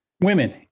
women